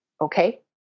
Okay